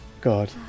god